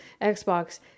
Xbox